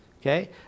Okay